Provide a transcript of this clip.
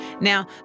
Now